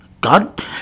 God